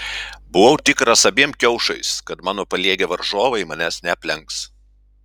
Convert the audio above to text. buvau tikras abiem kiaušais kad mano paliegę varžovai manęs neaplenks